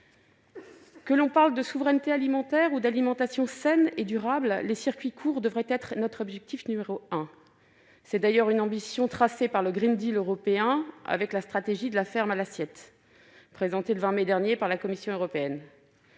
Que l'on parle de souveraineté alimentaire ou d'alimentation saine et durable, les circuits courts devraient être notre objectif n° 1. C'est d'ailleurs une ambition tracée par le européen, avec la stratégie « De la ferme à l'assiette » présentée le 20 mai dernier par la Commission européenne.